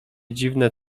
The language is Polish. dziwne